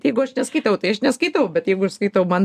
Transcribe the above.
jeigu aš neskaitau tai aš neskaitau bet jeigu ir skaitau man